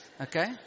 Okay